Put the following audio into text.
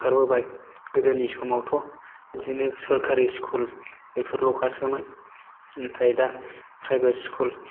ओंखारबोबाय गोदोनि समावथ' बिदिनो सरकारि स्कुल बेफोरल'खासोमोन ओमफ्राय दा प्राइभेत स्कुल